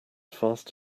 fast